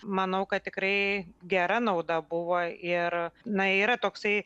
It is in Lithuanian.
manau kad tikrai gera nauda buvo ir na yra toksai